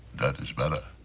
dead is better.